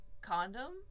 condom